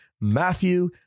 Matthew